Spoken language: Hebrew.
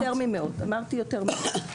אמרתי שזה יותר ממאות.